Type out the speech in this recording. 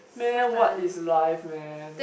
meh what is life man